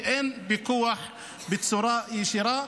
שאין בהן פיקוח בצורה ישירה,